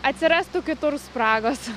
atsirastų kitur spragos